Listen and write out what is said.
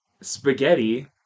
spaghetti